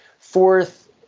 fourth